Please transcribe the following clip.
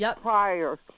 prior